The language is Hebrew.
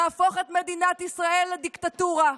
להפוך את מדינת ישראל לדיקטטורה,